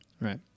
Right